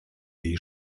jej